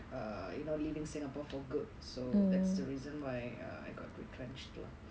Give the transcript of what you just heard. uh you know leaving singapore for good so that's the reason why I got retrenched lah